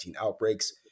outbreaks